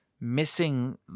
missing